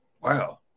Wow